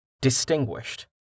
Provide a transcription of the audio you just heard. distinguished